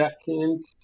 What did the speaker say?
second